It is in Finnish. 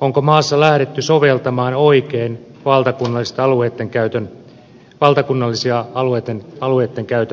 onko maassa lähdetty soveltamaan oikein valtakunnallisia alueiden käyttötavoitteita